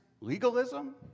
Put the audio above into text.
legalism